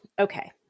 Okay